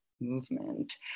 movement